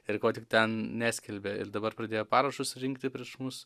ir ko tik ten neskelbia ir dabar pradėjo parašus rinkti prieš mus